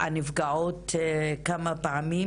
כמה פעמים